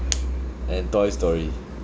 and toy story